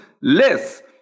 less